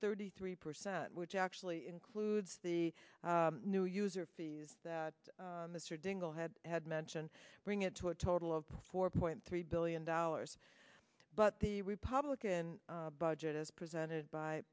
thirty three percent which actually includes the new user fees that mr dingell had had mentioned bring it to a total of four point three billion dollars but the republican budget as presented by